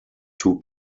two